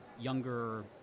younger